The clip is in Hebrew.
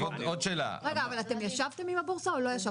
אבל אתם ישבתם עם הבורסה או לא ישבתם?